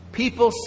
people